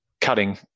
cutting –